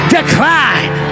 Decline